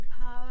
power